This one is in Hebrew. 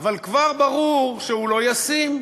אבל כבר ברור שהוא לא ישים,